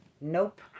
Nope